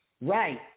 Right